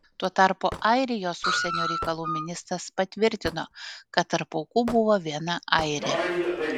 tuo tarpu airijos užsienio reikalų ministras patvirtino kad tarp aukų buvo viena airė